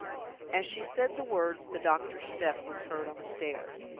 as she said the words, the doctor's step was heard on the stairs.